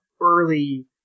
early